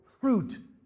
fruit